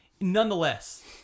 Nonetheless